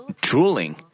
drooling